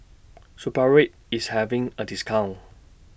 Supravit IS having A discount